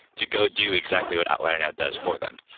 to go do exactly what outlier now does for them,